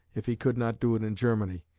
if he could not do it in germany,